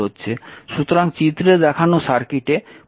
সুতরাং চিত্রে দেখানো সার্কিটে ভোল্টেজ v0 এর মান নির্ণয় করতে হবে